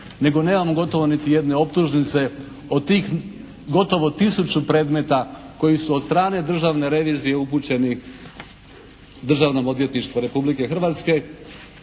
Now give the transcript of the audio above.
nego nemamo gotovo niti jedne optužnice od tih gotovo tisuću predmeta koji su od strane državne revizije upućeni Državnom odvjetništvu Republike Hrvatske.